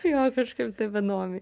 jo kažkaip taip įdomiai